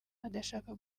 adashaka